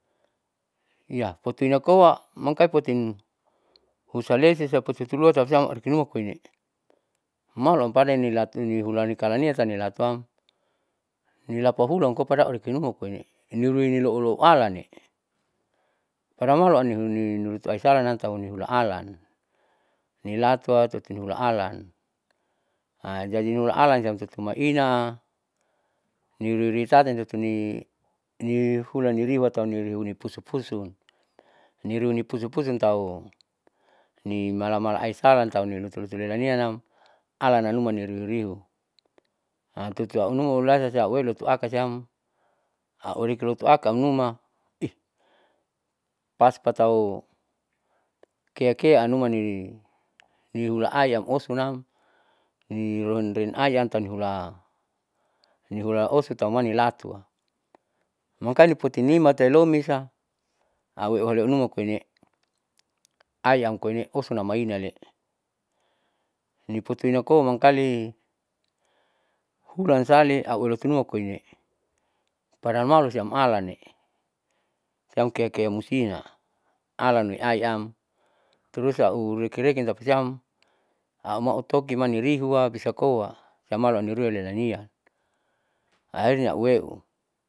Hiya putina koa mangkali putin husalesisa pututulua tausiam aurekinua koine'e malaupadanilatunihulanikalaniani tanilatuam nilapahulan koa pada aurekinuma koine'e niruinilooloo alanne'e aisalanam tauniula alan nilatua tutiula alan jadi nula alan siam tutumaina niruirui salantutuni nihulan niriuatau niriunihuni pusupusu, niriuni pusupusun tau nimalamala aisalatau ilutulutul lelanianam alananuama naniruriu tutuaunuma ulasasia auwelotuakasiam auriki lotuakam numa paspatau keakea anumani nihula ayam osonam niruinayam tanhula nihulaosu taumanilatua. mangkali putinimate lomisa aueohleinuma koine ayamkoine osonammainal, niputi namkoa mangkali hulansale aulotunumakoine'e padamalu iam alanne'e siam keakea musina alanne aiam terus aurekireki tapasiam aumautoki manirihua bisa koa siam maloniruanianiaan ahirnya auweu.